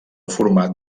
format